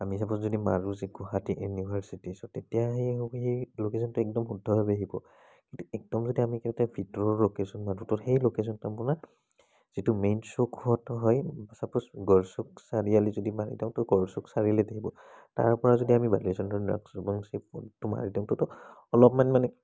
আমি চাপ'জ যদি মাৰো যে গুৱাহাটী ইউনিভাৰ্চিটি চ' তেতিয়া সেই হবি সেই লকেশ্যনটো একদম শুদ্ধভাৱে আহিব কিন্তু একদম যদি আমি কেওতে ভিতৰৰ লকেশ্যন মাৰো তো সেই লকেশ্যনটো আপোনাৰ যিটো মেইন চৌখত হয় চাপ'জ গড়চুক চাৰিআলি যদি মাৰি দিও তো গড়চুক চাৰিআলিত আহিব তাৰপা যদি আমি বাকলেশ্যনটোৰ নাম নাকচ'বংচী পথটো মাৰি দিও তো তো অলপমান মানে